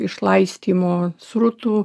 išlaistymo srutų